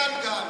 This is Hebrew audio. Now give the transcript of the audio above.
ושקרן גם.